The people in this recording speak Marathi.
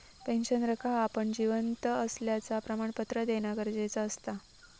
पेंशनरका आपण जिवंत असल्याचा प्रमाणपत्र देना गरजेचा असता